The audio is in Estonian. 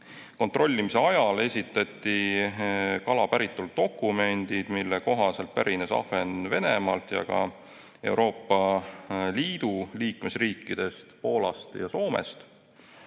Kontrollimise ajal esitati kala päritolu dokumendid, mille kohaselt pärines ahven Venemaalt ja ka Euroopa Liidu liikmesriikidest, Poolast ja Soomest.